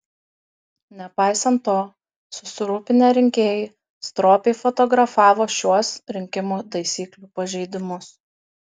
nepaisant to susirūpinę rinkėjai stropiai fotografavo šiuos rinkimų taisyklių pažeidimus